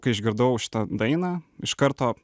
kai išgirdau šitą dainą iš karto